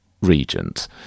regent